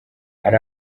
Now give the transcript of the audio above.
hari